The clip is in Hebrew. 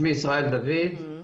שמי ישראל דוד מ"מ